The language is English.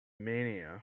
mania